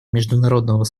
международного